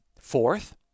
Fourth